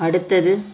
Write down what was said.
அடுத்தது